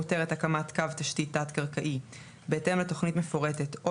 מותרת הקמת קו תשתית תת־קרקעי בהתאם לתוכנית מפורטת או